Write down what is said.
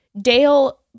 Dale